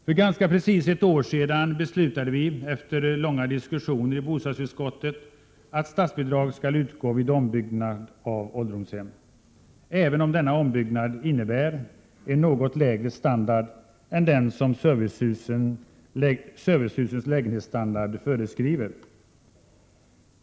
För ganska precis ett år sedan beslutade vi — efter långa diskussioner i bostadsutskottet — att statsbidrag skall utgå vid ombyggnad av ålderdomshem, även om denna ombyggnad innebär en något lägre standard än den som servicehusens lägenhetsstandard föreskriver.